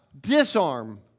Disarm